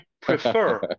prefer